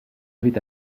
avait